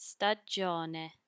Stagione